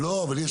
כן.